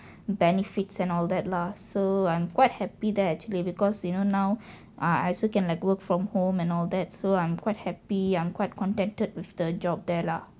benefits and all that lah so I'm quite happy there actually because you know now I also can like work from home and all that so I'm quite happy I'm quite contented with the job there lah